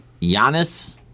Giannis